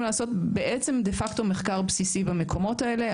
לעשות דה-פקטו מחקר בסיסי במקומות האלה,